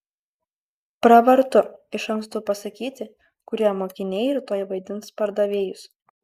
pravartu iš anksto pasakyti kurie mokiniai rytoj vaidins pardavėjus